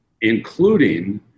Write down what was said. including